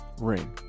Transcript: ring